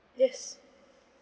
yes